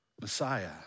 Messiah